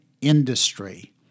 industry